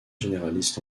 généralistes